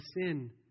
sin